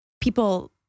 people